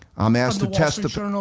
i'm asked to testify,